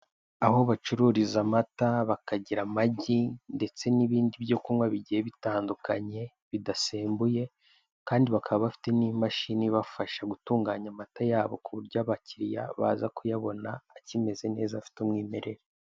Aho bacururiza amata, bakagira amagi ndetse n'ibindi byo kunywa bigiye bitandukanye bidasembuye kandi bakaba bafite n'imashini ibafasha gutunganya amata yabo, ku buryo abakiriya baza kuyabona akimeze neza afite umwimerere.